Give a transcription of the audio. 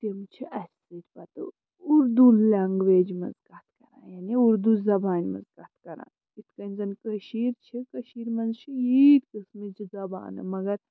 تِم چھِ اَسہِ سۭتۍ پَتہٕ اُردو لَنٛگویج منٛز کَتھ کَران یعنی اُردو زبانہِ منٛز کَتھ کَران یِتھٕ کٔنۍ زَن کٔشیٖر چھِ کٔشیٖرِ منٛز چھِ ییٖتۍ قٕسمٕچہِ زبانہٕ مگر